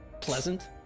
pleasant